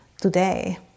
today